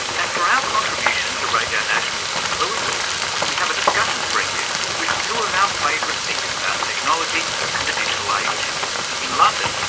and for our contribution to radio national's mcluhan week we have a discussion to bring you with two of our favourite thinkers about technology and the digital age in london,